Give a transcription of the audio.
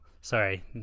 sorry